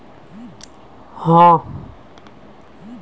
Indian tea association भारतीय चाय उत्पादकों का एक व्यावसायिक संगठन है